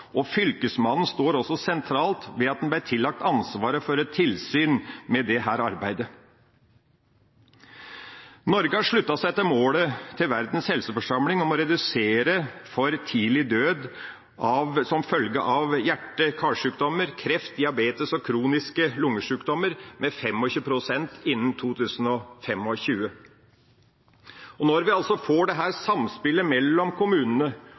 og Fylkesmannen står også sentralt, ved at en ble tillagt ansvaret for et tilsyn med dette arbeidet. Norge har sluttet seg til målet til Verdens helseforsamling om å redusere for tidlig død som følge av hjerte- og karsykdommer, kreft, diabetes og kroniske lungesykdommer med 25 pst. innen 2025. Og når vi får dette samspillet mellom kommunene